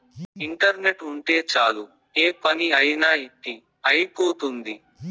internet ఉంటే చాలు ఏ పని అయినా ఇట్టి అయిపోతుంది